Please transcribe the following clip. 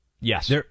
Yes